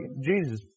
Jesus